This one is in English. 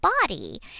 body